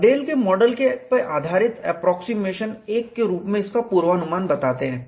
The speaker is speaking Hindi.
डगडेल के मॉडल पर आधारित एप्रोक्सीमेशन 1 के रूप में इसका पूर्वानुमान बताते हैं